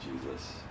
Jesus